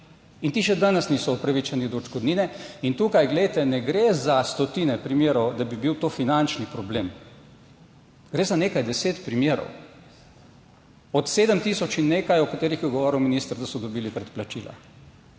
in ti še danes niso upravičeni do odškodnine. In tukaj, glejte, ne gre za stotine primerov, da bi bil to finančni problem, gre za nekaj deset primerov, od 7 tisoč in nekaj o katerih je govoril minister, da so dobili predplačila.